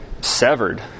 severed